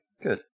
Good